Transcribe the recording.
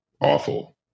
awful